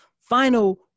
final